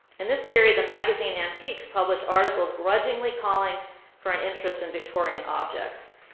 in this period, the magazine antiques published articles grudgingly calling for an interest in victorian objects.